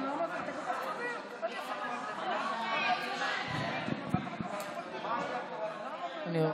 יש